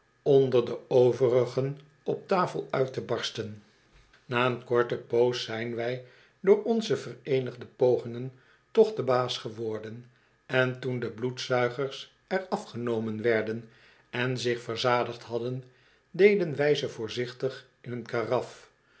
onder de overigen op tafel uit te barsten na een korte poos zijn wij door onze vereenigde pogingen toch de baas geworden en toen de bloedzuigers er afgenomen werden en zich verzadigd hadden deden wij ze voorzichtig in een karaf